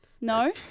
No